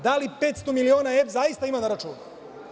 Da li 500 miliona EPS zaista ima na računu?